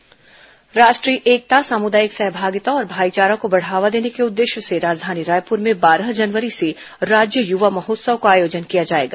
युवा महोत्सव राष्ट्रीय एकता सामुदायिक सहभागिता और भाईचारा को बढ़ावा देने के उद्देश्य से राजधानी रायपुर में बारह जनवरी से राज्य यूवा महोत्सव का आयोजन किया जाएगा